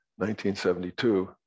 1972